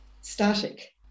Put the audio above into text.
static